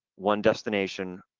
one destination,